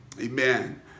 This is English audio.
Amen